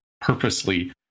purposely